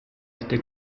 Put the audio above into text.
este